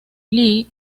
lee